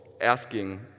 asking